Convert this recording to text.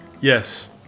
yes